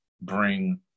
bring